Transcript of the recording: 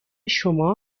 شما